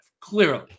clearly